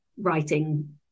writing